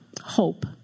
hope